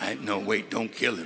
no wait don't kill